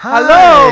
Hello